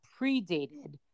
predated